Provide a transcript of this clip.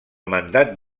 mandat